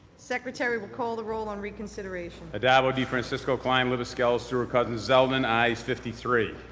secretary will call the roll on reconsideration. addabbo, defrancisco, klein, libous, skelos, stewart-cousins, zeldin. ayes fifty three.